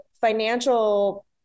financial